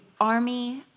army